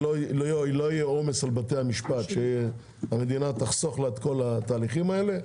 שלא יהיה עומס על בתי המשפט והמדינה תחסוך את כל ההליכים האלה.